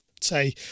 say